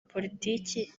politiki